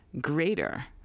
greater